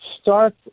start